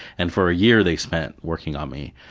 and for a year they spent working on me.